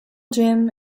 jim